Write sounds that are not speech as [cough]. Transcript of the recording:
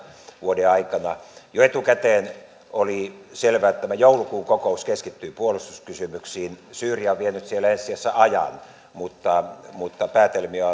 vuoden aikana jo etukäteen oli selvää että tämä joulukuun kokous keskittyy puolustuskysymyksiin syyria on vienyt siellä ensi sijassa ajan mutta mutta päätelmiä [unintelligible]